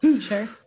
Sure